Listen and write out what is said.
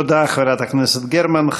תודה, חברת הכנסת גרמן.